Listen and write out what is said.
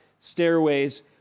stairways